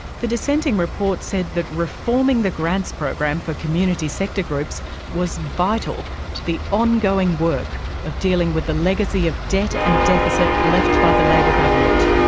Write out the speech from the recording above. the dissenting report said that reforming the grants program for community sector groups was vital to the ongoing work of dealing with the legacy of debt and deficit left by the labor government,